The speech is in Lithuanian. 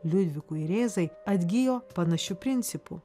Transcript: liudvikui rėzai atgijo panašiu principu